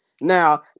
now